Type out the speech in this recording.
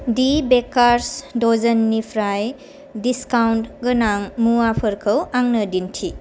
दि bakers दजोननिफ्राय discount गोनां मुवाफोरखौ आंनो दिन्थि